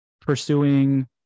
pursuing